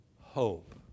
hope